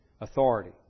Authority